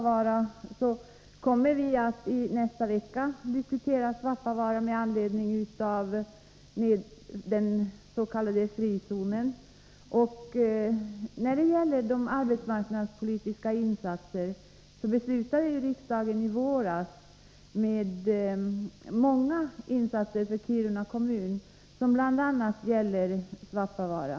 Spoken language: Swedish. Vi kommer i nästa vecka att diskutera Svappavaara med anledning av förslaget om den s.k. frizonen, och när det gäller arbetsmarknadspolitiska insatser beslutade riksdagen i våras om många insatser för Kiruna kommun som bl.a. gäller Svappavaara.